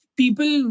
people